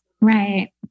Right